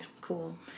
cool